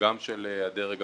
וגם של הדרג המקצועי,